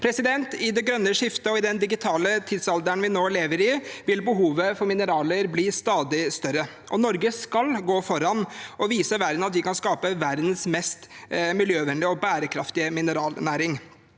opprydding. I det grønne skiftet og i den digitale tidsalderen vi nå lever i, vil behovet for mineraler bli stadig større, og Norge skal gå foran og vise verden at vi kan skape verdens mest miljøvennlige og bærekraftige mineralnæring.